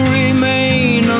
remain